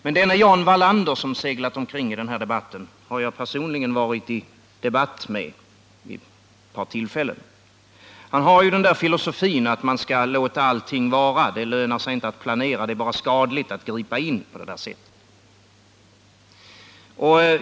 Men denne Jan Wallander, som har seglat omkring i den här debatten, har jag personligen diskuterat med vid ett par tillfällen. Han har den filosofin att man skall låta allting vara, det lönar sig inte att planera, det är bara skadligt att gripa in.